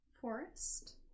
forest